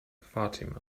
fatima